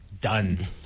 done